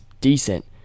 decent